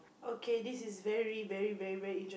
okay this is very very very very inter~